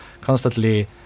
constantly